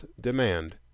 demand